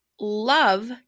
love